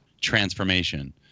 transformation